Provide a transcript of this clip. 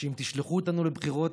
אם תשלחו אותנו לבחירות,